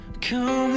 come